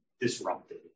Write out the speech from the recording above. disrupted